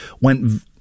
went